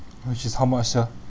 which is how much sia